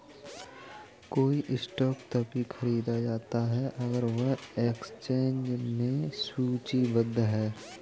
कोई स्टॉक तभी खरीदा जाता है अगर वह एक्सचेंज में सूचीबद्ध है